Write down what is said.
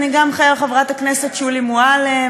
אני גם חיה עם חברת הכנסת שולי מועלם,